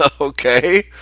Okay